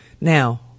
Now